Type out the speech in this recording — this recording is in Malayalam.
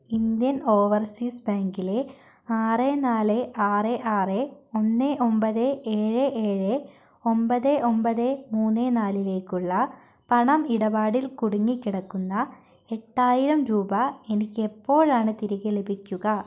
ഇന്ത്യൻ ഓവർസീസ് ബാങ്കിലെ ആറ് നാല് ആറ് ആറ് ഒന്ന് ഒമ്പത് ഏഴ് ഏഴ് ഒമ്പത് ഒമ്പത് മൂന്ന് നാലിലേക്കുള്ള പണം ഇടപാടിൽ കുടുങ്ങിക്കിടക്കുന്ന എട്ടായിരം രൂപ എനിക്ക് എപ്പോഴാണ് തിരികെ ലഭിക്കുക